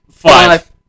Five